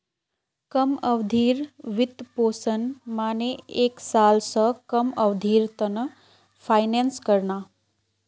कम अवधिर वित्तपोषण माने एक साल स कम अवधिर त न फाइनेंस करना